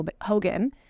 Hogan